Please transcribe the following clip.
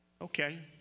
okay